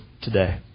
today